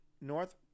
North